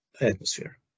atmosphere